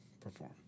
perform